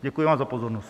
Děkuji vám za pozornost.